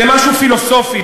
במשהו פילוסופי,